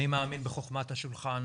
אני מאמין בחכמת השולחן,